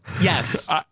Yes